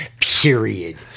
period